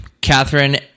Catherine